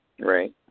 Right